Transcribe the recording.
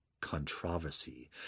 controversy